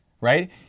right